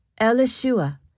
Elishua